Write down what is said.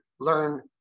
learn